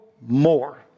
more